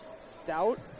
Stout